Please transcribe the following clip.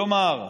כלומר,